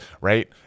right